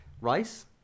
rice